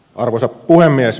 arvoisa puhemies